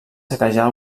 saquejar